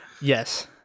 Yes